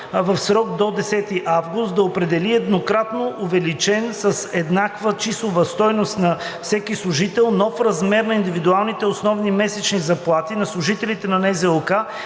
в срок до 10 август да определи еднократно, увеличен с еднаква числова стойност за всеки служител, нов размер на индивидуалните основни месечни заплати на служителите на НЗОК,